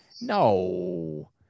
no